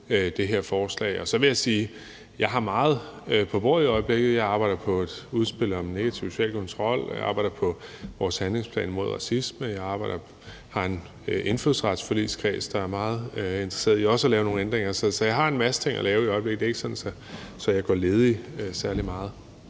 det her forslag. Så vil jeg sige, at jeg har meget på bordet i øjeblikket. Jeg arbejder på et udspil om negativ social kontrol, jeg arbejder på vores handleplan mod racisme, og jeg har en indfødsretsforligskreds, der er meget interesseret i også at lave nogle ændringer. Så jeg har en masse ting at lave i øjeblikket. Det er ikke sådan, at jeg går særlig meget